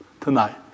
tonight